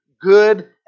good